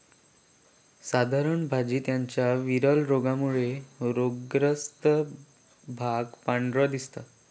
साधारण भाजी त्याच्या वरील रोगामुळे रोगग्रस्त भाग पांढरो दिसता